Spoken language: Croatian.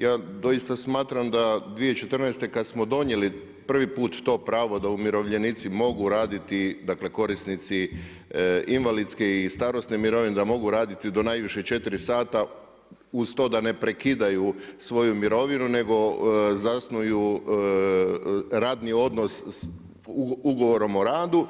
Ja doista smatram da 2014. kada smo donijeli prvi put to pravo da umirovljenici mogu raditi korisnici invalidske i starosne mirovine, da mogu raditi do najviše 4 sata uz to da ne prekidaju svoju mirovinu nego zasnuju radni odnos ugovorom o radu,